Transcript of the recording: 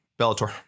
Bellator